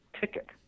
ticket